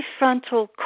prefrontal